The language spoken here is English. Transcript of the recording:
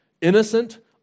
innocent